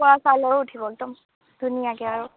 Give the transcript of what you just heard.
খোৱা চাউলৰো উঠিব একদম ধুনীয়াকৈ আৰু